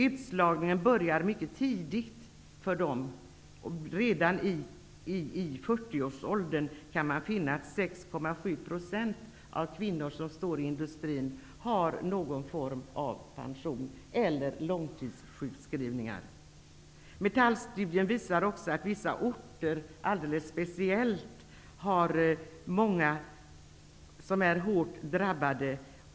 Utslagningen börjar tidigt: man kan finna att redan i 40-årsåldern har 6,7 % av kvinnor i industrin någon form av pension eller långtidssjukskrivning. Metallstudien visar också att vissa orter har speciellt många som är hårt drabbade.